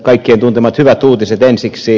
kaikkien tuntemat hyvät uutiset ensiksi